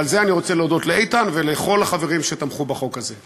ועל זה אני רוצה להודות לאיתן ולכל החברים שתמכו בחוק הזה.